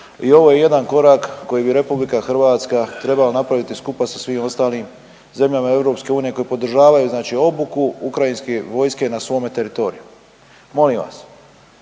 i ovo je jedan korak koji bi RH trebala napraviti skupa sa svim ostalim zemljama EU koje podržavaju znači obuku ukrajinske vojske na svome teritoriju. Molim vas,